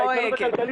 בפניו.